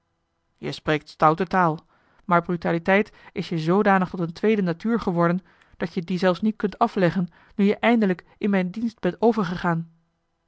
je spreekt stoute taal maar brutaliteit is je zoodanig tot een tweede natuur geworden dat je die zelfs niet kunt afleggen nu je eindelijk in mijn dienst bent overgegaan